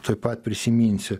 tuoj pat prisiminsiu